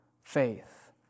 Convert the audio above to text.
faith